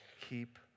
keep